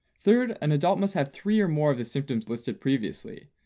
third, an adult must have three or more of the symptoms listed previously.